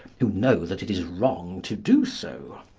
who know that it is wrong to do so,